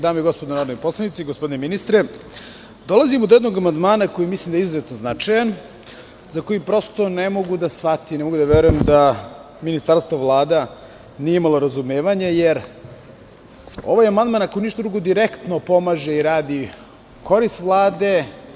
Dame i gospodo narodni poslanici, gospodine ministre, dolazimo do jednog amandmana za koji mislim da je izuzetno značajan, za koji ne mogu da verujem da ministarstvo i Vlada nisu imali razumevanje, jer ovaj amandman direktno pomaže i radi u korist Vlade.